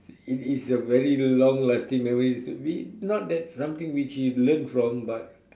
it it is a very long lasting memory so we not that something which you learn from but